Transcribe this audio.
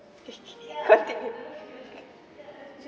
can't take it